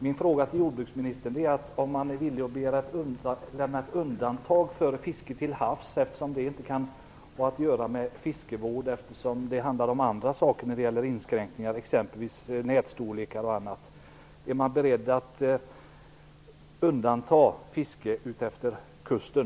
Min fråga till jordbruksministern gäller om man är villig att lämna undantag för fiske till havs, eftersom det inte kan ha med fiskevård att göra. Det handlar om andra inskränkningar, exempelvis nätstorlekar. Är man beredd att undanta fiske utefter kusten?